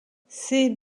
ses